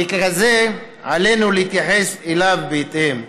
וככזה עלינו להתייחס אליו בהתאם.